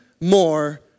more